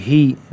Heat